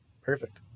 Perfect